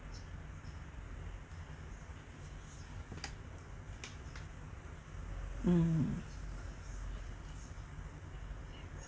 mm